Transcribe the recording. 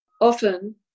Often